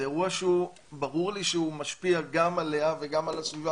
זה אירוע שברור לי שהוא משפיע גם עליה וגם על הסביבה